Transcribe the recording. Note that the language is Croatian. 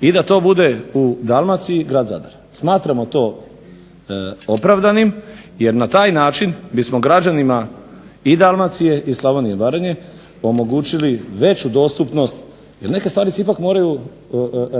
i da to bude u Dalmaciji grad Zadar. Smatramo to opravdanim jer na taj način bismo građani i Dalmacije i Slavonije i Baranje omogućili veću dostupnost jer neke stvari se ipak moraju